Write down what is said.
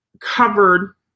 covered